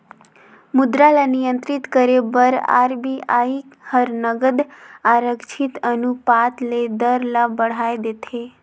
मुद्रा ल नियंत्रित करे बर आर.बी.आई हर नगद आरक्छित अनुपात ले दर ल बढ़ाए देथे